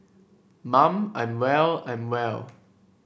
mum I'm well I'm well